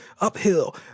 uphill